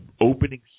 opening